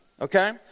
okay